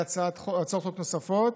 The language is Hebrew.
והצעות חוק נוספות,